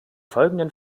folgenden